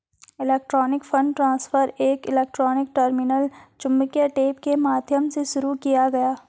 electronic fund transfer एक electronic terminal चुंबकीय tape के माध्यम से शुरू किया गया